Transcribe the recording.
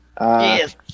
Yes